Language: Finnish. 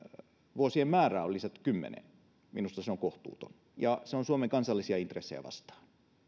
vuosien määrä on lisätty kymmeneen minusta se on kohtuuton ja se on suomen kansallisia intressejä vastaan